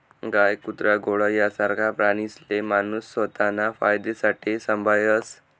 गाय, कुत्रा, घोडा यासारखा प्राणीसले माणूस स्वताना फायदासाठे संभायस